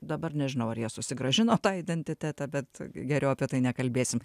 dabar nežinau ar jie susigrąžino tą identitetą bet geriau apie tai nekalbėsim